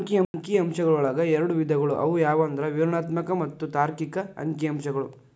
ಅಂಕಿ ಅಂಶಗಳೊಳಗ ಎರಡ್ ವಿಧಗಳು ಅವು ಯಾವಂದ್ರ ವಿವರಣಾತ್ಮಕ ಮತ್ತ ತಾರ್ಕಿಕ ಅಂಕಿಅಂಶಗಳು